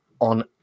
on